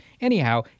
Anyhow